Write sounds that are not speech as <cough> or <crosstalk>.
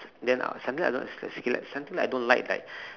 <breath> then uh something that I don't s~ like feel like something I don't like like <breath>